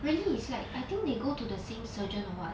really is like I think they go to the same surgeon or what